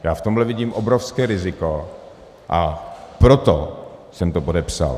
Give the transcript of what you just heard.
V tomhle vidím obrovské riziko a proto jsem to podepsal.